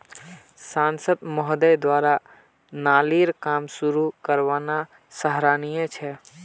सांसद महोदय द्वारा नालीर काम शुरू करवाना सराहनीय छ